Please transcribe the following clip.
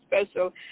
special